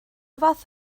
fath